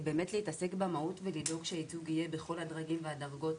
אנחנו באמת מתעסקים במהות ולדאוג שהייצוג יהיה בכל הדרגים והדרגות,